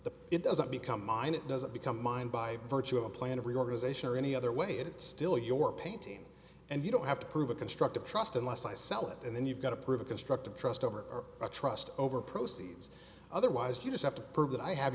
the it doesn't become mine it doesn't become mine by virtue of a plan of reorganization or any other way it's still your painting and you don't have to prove a construct of trust unless i sell it and then you've got to prove a constructive trust over a trust over proceeds otherwise you just have to prove that i have